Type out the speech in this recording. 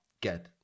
get